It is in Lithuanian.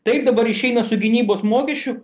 taip dabar išeina su gynybos mokesčiu